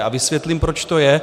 A vysvětlím, proč to je.